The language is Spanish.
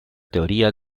teoría